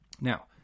now